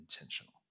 intentional